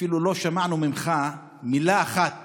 אפילו לא שמענו ממך מילה אחת